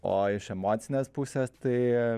o iš emocinės pusės tai